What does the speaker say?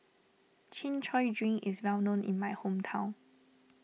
Chin Chow Drink is well known in my hometown